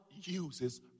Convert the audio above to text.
uses